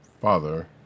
father